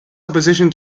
opposition